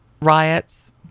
riots